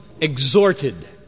exhorted